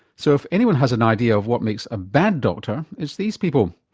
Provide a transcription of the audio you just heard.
so if anyone has an idea of what makes a bad doctor, it's these people.